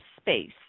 space